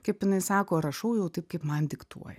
kaip jinai sako rašau jau taip kaip man diktuoja